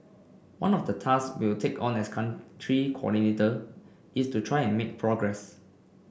one of the tasks we'll take on as Country Coordinator is to try and make progress